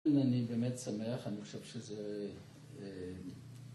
אני באמת שמח, אני חושב שזה...